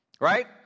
right